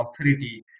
authority